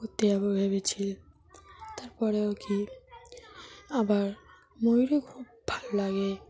ঘুরতে যাব ভেবেছি তার পরেও কি আবার ময়ূরও খুব ভালো লাগে